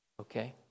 Okay